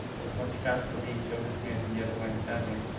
if one spouse believes joseph smith and the other one doesn't,